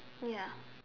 ya